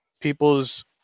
People's